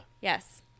Yes